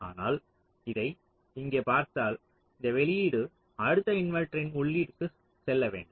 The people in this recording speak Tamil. ஆனால் இதை இங்கே பார்த்தால் இந்த வெளியீடு அடுத்த இன்வெர்ட்டரின் உள்ளீட்டிற்கு செல்ல வேண்டும்